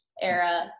era